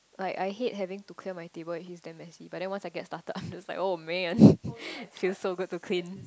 like I hate having to clear my table if it's damn messy but then once I get started I'm just like oh man seems so good to clean